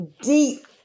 deep